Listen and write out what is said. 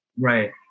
Right